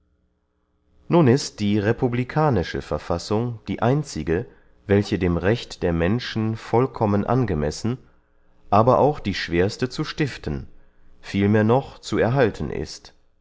nun ist die republikanische verfassung die einzige welche dem recht der menschen vollkommen angemessen aber auch die schwerste zu stiften vielmehr noch zu erhalten ist